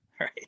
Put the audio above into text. Right